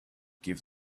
give